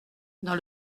dans